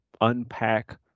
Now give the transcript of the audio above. unpack